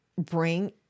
Bring